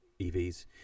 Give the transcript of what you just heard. EVs